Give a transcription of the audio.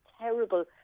terrible